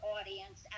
audience